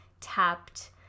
tapped